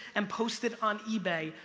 and posted on ebay,